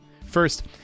First